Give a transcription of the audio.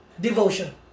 devotion